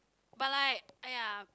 but like !aiya!